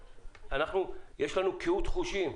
יש לנו קהות חושים,